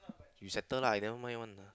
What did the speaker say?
you settle lah aiyah never mind one lah